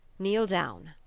kneele downe